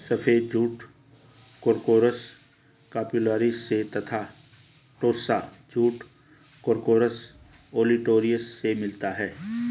सफ़ेद जूट कोर्कोरस कप्स्युलारिस से तथा टोस्सा जूट कोर्कोरस ओलिटोरियस से मिलता है